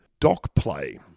DocPlay